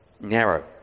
Narrow